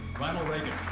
ronald reagan.